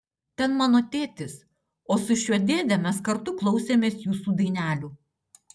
ten mano tėtis o su šiuo dėde mes kartu klausėmės jūsų dainelių